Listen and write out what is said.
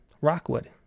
Rockwood